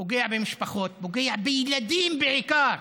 פוגע במשפחות, פוגע בילדים בעיקר.